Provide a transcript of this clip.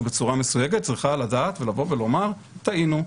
בצורה מסויגת צריכה לדעת ולבוא ולומר: טעינו,